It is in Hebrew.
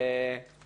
בהתאם לשיח שקיימנו,